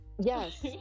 Yes